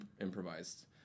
improvised